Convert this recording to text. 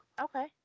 Okay